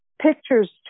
Pictures